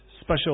Special